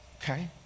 Okay